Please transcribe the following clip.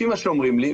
לפי מה שאומרים לי,